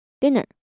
Dinner